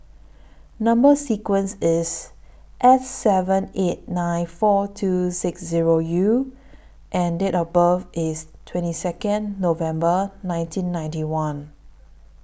Number sequence IS S seven eight nine four two six Zero U and Date of birth IS twenty Second November nineteen ninety one